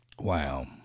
Wow